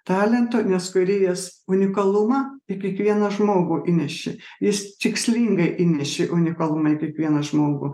talento nes kūrėjas unikalumą į kiekvieną žmogų įnešė jis tikslingai įnešė unikalumą į kiekvieną žmogų